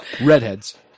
Redheads